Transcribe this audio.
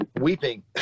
weeping